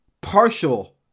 partial